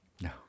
No